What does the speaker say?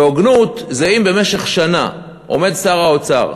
והוגנות זה אם במשך שנה עומד שר האוצר,